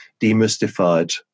demystified